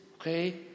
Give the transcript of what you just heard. okay